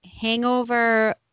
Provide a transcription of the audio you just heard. hangover